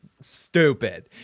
Stupid